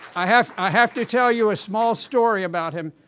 i have i have to tell you a small story about him.